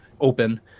open